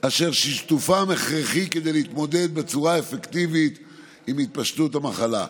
אשר שיתופם הכרחי כדי להתמודד בצורה אפקטיבית עם התפשטות המחלה.